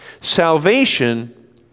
Salvation